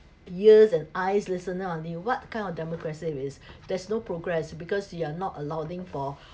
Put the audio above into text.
ears and eyes listener only what kind of democracy it is there's no progress because you are not allowing for